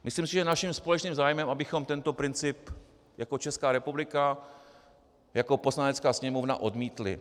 Myslím si, že je naším společným zájmem, abychom tento princip jako Česká republika, jako Poslanecká sněmovna odmítli.